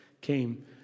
came